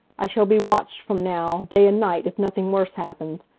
i shall be watched from now, day and night, if nothing worse happens.